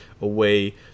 Away